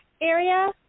area